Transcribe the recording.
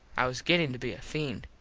i was gettin to be a feend.